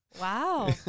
Wow